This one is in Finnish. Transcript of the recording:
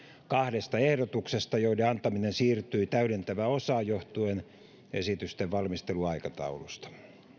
kahdesta ehdotuksesta joiden antaminen siirtyi täydentävään osaan johtuen esitysten valmisteluaikataulusta